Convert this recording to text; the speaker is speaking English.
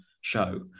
show